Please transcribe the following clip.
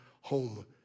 home